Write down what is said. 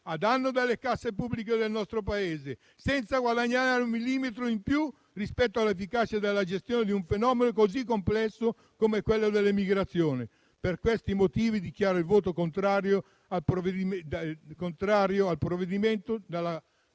a danno delle casse pubbliche del nostro Paese, senza guadagnare un millimetro in più rispetto all'efficacia della gestione di un fenomeno così complesso come quello della migrazione. Per questi motivi, dichiaro il voto contrario del Gruppo Alleanza Verdi